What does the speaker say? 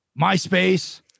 MySpace